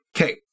okay